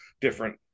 different